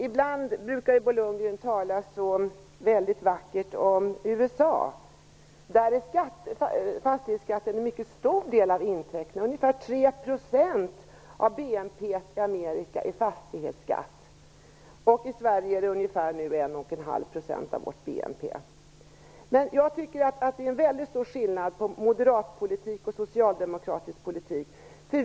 Ibland brukar Bo Lundgren tala väldigt vackert om USA, där fastighetsskatten är en mycket stor del av intäkterna, ungefär 3 % av BNP. I Sverige är den ungefär 1,5 % av vår BNP. Det är väldigt stor skillnad på moderat politik och socialdemokratisk politik.